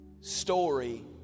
story